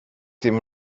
dem